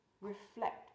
reflect